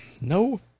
no